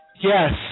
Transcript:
Yes